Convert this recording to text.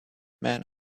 men